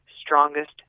strongest